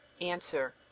Answer